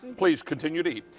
please, continue to eat.